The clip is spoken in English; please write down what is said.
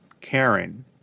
caring